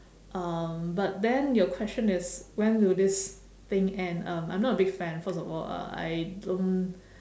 um but then your question is when will this thing end um I'm not a big fan first of all uh I don't